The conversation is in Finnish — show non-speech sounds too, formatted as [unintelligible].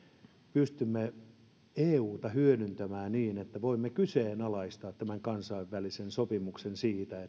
pystymme euta hyödyntämään niin että voimme kyseenalaistaa tämän kansainvälisen sopimuksen siitä [unintelligible]